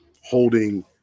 holding